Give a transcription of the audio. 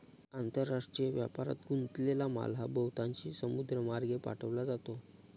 आंतरराष्ट्रीय व्यापारात गुंतलेला माल हा बहुतांशी समुद्रमार्गे पाठवला जातो